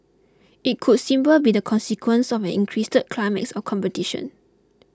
it could simply be the consequence of an increased climate of competition